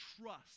trust